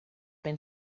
been